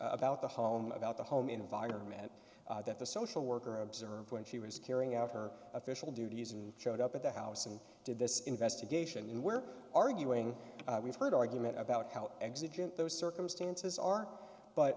about the home about the home environment that the social worker observed when she was carrying out her official duties and showed up at the house and did this investigation where arguing we've heard argument about how exit didn't those circumstances are but